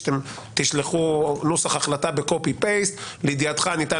שאתם תשלחו נוסח החלטה בהעתק-הדבק: לידיעתך ניתן